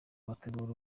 bategura